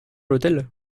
l’hôtel